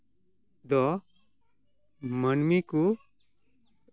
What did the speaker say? ᱫᱚ ᱢᱟᱹᱱᱢᱤ ᱠᱚ